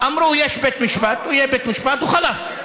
אמרו: יש בית משפט, יהיה בבית משפט, וחלאס.